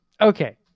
Okay